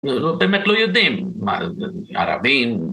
אהא אתם באמת לא מה א.. יודעים ערבים